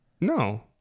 No